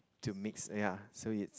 to mix ya so it's